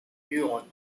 muon